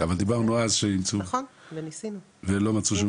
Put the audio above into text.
אבל דיברנו אז שימצאו ולא מצאו.